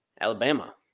Alabama